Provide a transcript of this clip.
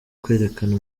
kwerekana